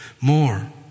more